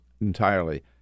entirely